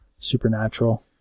Supernatural